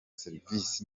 service